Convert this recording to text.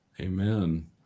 Amen